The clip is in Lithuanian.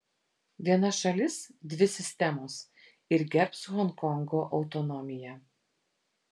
viena šalis dvi sistemos ir gerbs honkongo autonomiją